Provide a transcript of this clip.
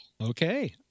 Okay